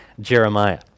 Jeremiah